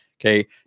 okay